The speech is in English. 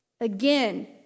Again